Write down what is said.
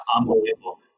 Unbelievable